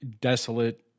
desolate